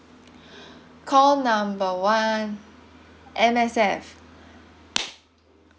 call number one M_S_F